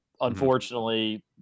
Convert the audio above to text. unfortunately